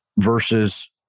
versus